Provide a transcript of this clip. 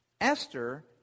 Esther